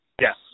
Yes